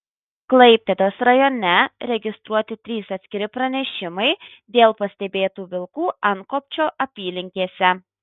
klaipėdos rajone registruoti trys atskiri pranešimai dėl pastebėtų vilkų antkopčio apylinkėse